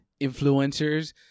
influencers